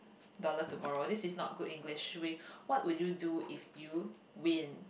dollars tomorrow this is not good English we what would you do if you win